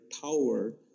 tower